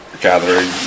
gathering